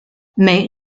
mais